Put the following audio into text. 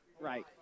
Right